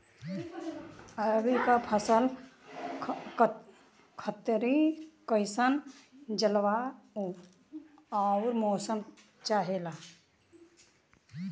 रबी क फसल खातिर कइसन जलवाय अउर मौसम चाहेला?